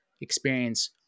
experience